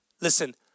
listen